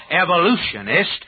evolutionist